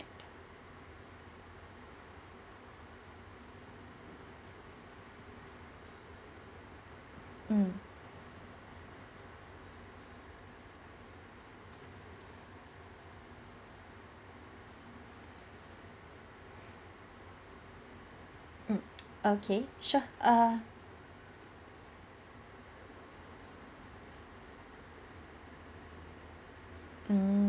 mm mm okay sure err mm